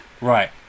right